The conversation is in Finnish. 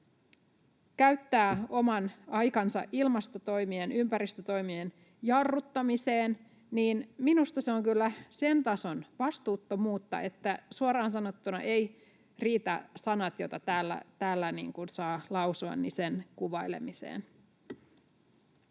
käyttää oman aikansa ilmastotoimien, ympäristötoimien jarruttamiseen, niin minusta se on kyllä sen tason vastuuttomuutta, että suoraan sanottuna eivät riitä sanat, joita täällä saa lausua, sen kuvailemiseen.